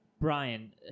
brian